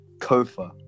Kofa